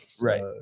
Right